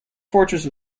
fortress